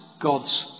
God's